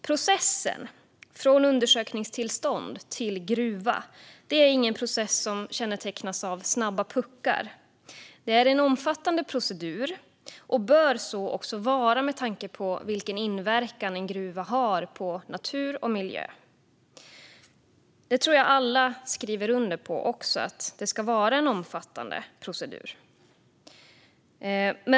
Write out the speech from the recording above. Processen från undersökningstillstånd till gruva är ingen process som kännetecknas av snabba puckar. Det är en omfattande procedur och bör också så vara, med tanke på vilken inverkan en gruva har på natur och miljö. Jag tror att alla skriver under på att det ska vara en omfattande procedur.